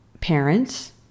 parents